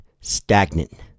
stagnant